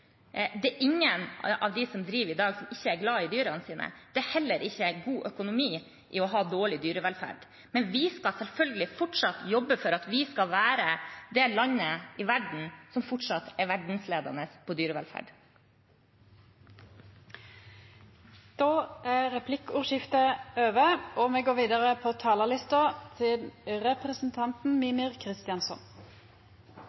Det er ingen av dem som driver i dag, som ikke er glad i dyrene sine. Det er heller ikke god økonomi i å ha dårlig dyrevelferd. Vi skal selvfølgelig fortsatt jobbe for at vi skal være det landet som er verdensledende på dyrevelferd. Replikkordskiftet er